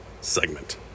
segment